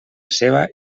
ceba